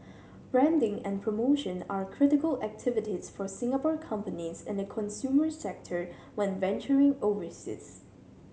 branding and promotion are critical activities for Singapore companies in the consumer sector when venturing overseas